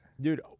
Dude